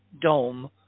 dome